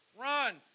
Run